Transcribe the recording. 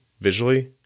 visually